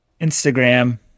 Instagram